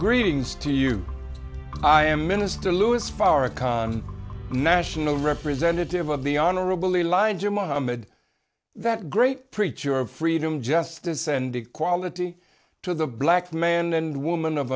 greetings to you i am minister louis farrakhan national representative of the honorable elijah muhammad that great preacher of freedom justice and equality to the black man and woman of